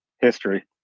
history